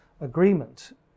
agreement